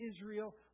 Israel